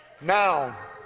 Now